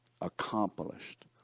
accomplished